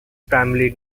primarily